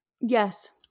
Yes